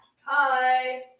Hi